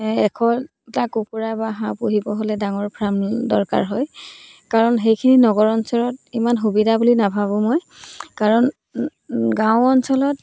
এই এশটা কুকুৰা বা হাঁহ পুহিব হ'লে ডাঙৰ ফ্ৰাম দৰকাৰ হয় কাৰণ সেইখিনি নগৰ অঞ্চলত ইমান সুবিধা বুলি নাভাবোঁ মই কাৰণ গাঁও অঞ্চলত